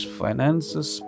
finances